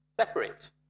separate